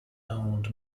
owned